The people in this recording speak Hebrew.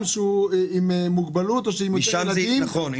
עם מוגבלות או שעם יותר ילדים -- נכון.